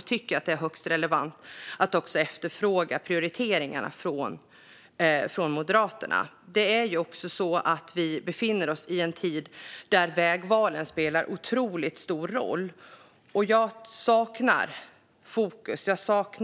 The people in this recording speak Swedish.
Det är högst relevant att efterfråga prioriteringarna från Moderaterna. Vi befinner oss i en tid där vägvalen spelar otroligt stor roll. Jag saknar fokus och